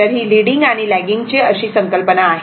तर ही लीडिंग आणि लेगिंगची अशी संकल्पना आहे